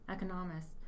economist